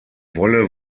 wolle